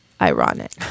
ironic